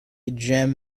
gem